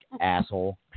Asshole